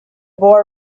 boy